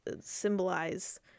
symbolize